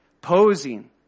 posing